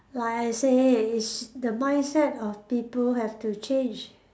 like I say it's the mindset of people have to change